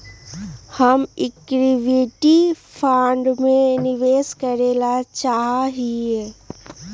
हम equity fund में निवेश करे ला चाहा हीयी